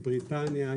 בריטניה,